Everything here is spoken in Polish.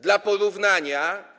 Dla porównania.